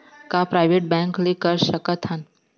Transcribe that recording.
का private bank ले कर सकत हन?